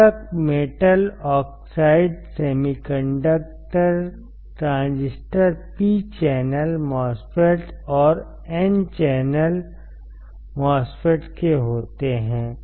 पूरक metal oxide semiconductor transistor P channel MOSFET और N channel MOSFET के होते हैं